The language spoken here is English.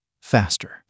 faster